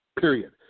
period